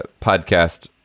podcast